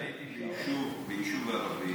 הייתי בסיור ביישוב ערבי